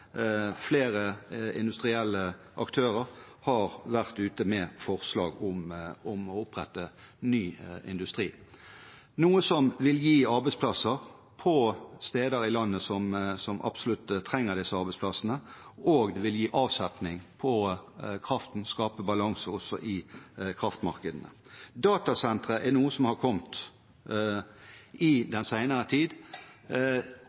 Flere industrielle aktører har vært ute med forslag om å opprette ny industri, noe som vil gi arbeidsplasser på steder i landet som absolutt trenger disse arbeidsplassene, og vil gi avsetning på kraften og skape balanse også i kraftmarkedene. Datasentre er noe som har kommet i den senere tid.